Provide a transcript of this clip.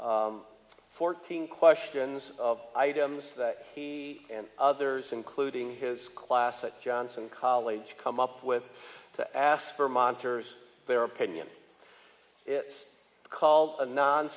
survey fourteen questions of items that he and others including his class at johnson college come up with to ask for monsters their opinion it's called a non